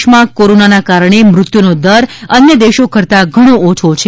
દેશમાં કોરોનાના કારણે મૃત્યુનો દર અન્ય દેશો કરતા ઘણો ઓછો છે